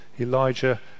Elijah